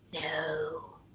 no